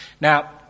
Now